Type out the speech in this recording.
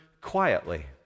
quietly